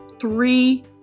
three